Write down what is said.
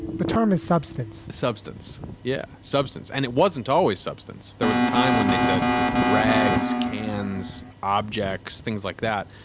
the term is substance. substance. yeah, substance. and it wasn't always substance. there was a time when they said rags, cans, objects, things like that.